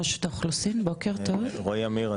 רועי אמיר,